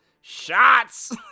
shots